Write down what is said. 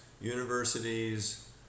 universities